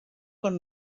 con